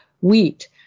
wheat